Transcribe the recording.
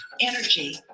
energy